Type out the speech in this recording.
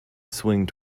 swing